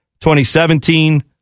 2017